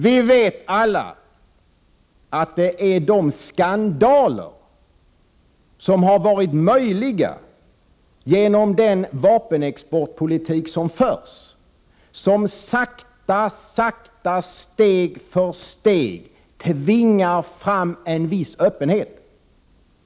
Vi vet alla att de är de skandaler som har varit möjliga genom den vapenexportpolitik som har förts som steg för steg sakta tvingar fram en viss öppenhet.